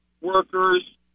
workers